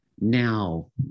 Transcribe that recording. Now